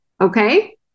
okay